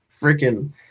freaking